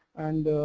and